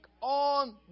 on